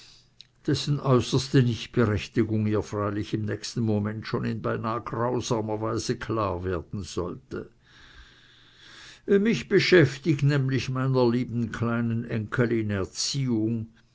dessen äußerste nichtberechtigung ihr freilich im nächsten momente schon in beinah grausamer weise klar werden sollte mich beschäftigt nämlich meiner lieben kleinen enkelin erziehung